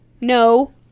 No